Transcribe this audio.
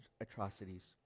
atrocities